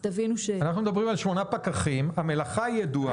אנחנו מדברים על שמונה פקחים והמלאכה ידועה.